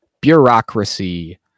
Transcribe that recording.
bureaucracy